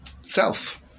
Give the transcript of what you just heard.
self